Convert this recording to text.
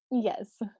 Yes